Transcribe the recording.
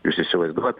jūs įsivaizduojat